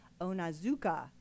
Onazuka